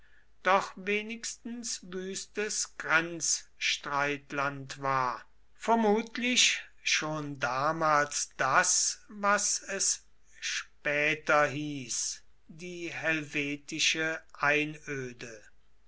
doch wenigstens wüstes grenzstreitland war vermutlich schon damals das was es später hieß die helvetische einöde